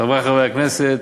תודה, חברי חברי הכנסת,